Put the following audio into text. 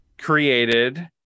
created